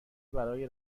برای